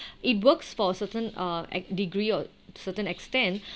it works for a certain at degree or certain extent